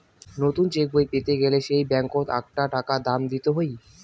নতুন চেকবই পেতে গেলে সে ব্যাঙ্কত আকটা টাকা দাম দিত হই